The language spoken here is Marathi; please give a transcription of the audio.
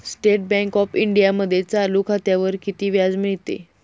स्टेट बँक ऑफ इंडियामध्ये चालू खात्यावर किती व्याज मिळते?